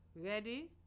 Ready